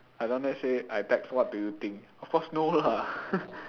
I down there say I text what do you think of course no lah